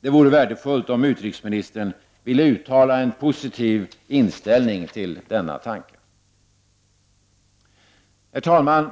Det vore värdefullt om utrikesmininstern ville uttala en positiv inställning till denna tanke. Herr talman!